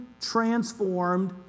transformed